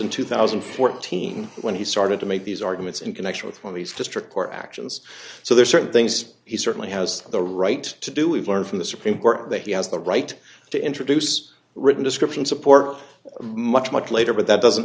in two thousand and fourteen when he started to make these arguments in connection with when he's district court actions so there are certain things he certainly has the right to do we've learned from the supreme court that he has the right to introduce written description support much much later but that doesn't